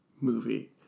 movie